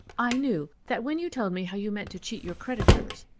i knew that when you told me how you meant to cheat your creditors,